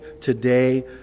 today